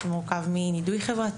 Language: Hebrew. זה מורכב מהרחקה,